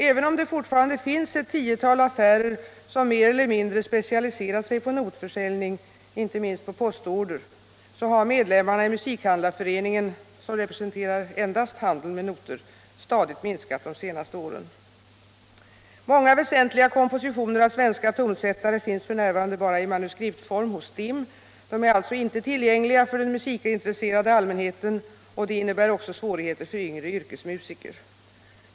Även om det fortfarande finns ett tiotal affärer som mer eller mindre specialiserat sig på notförsäljning, inte minst på postorder, så har medlemmarna i Musikhandlareföreningen, som representerar endast handeln med noter, stadigt minskat de senaste åren. Många väsentliga kompositioner av svenska tonsättare finns f. n. endast i manuskriptform hos STIM. De är alltså inte tillgängliga för den musikintresserade allmänheten och det innebär också svårigheter för yngre yrkesmusiker.